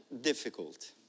difficult